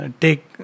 take